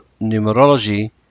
numerology